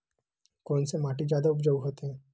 कोन से माटी जादा उपजाऊ होथे?